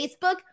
Facebook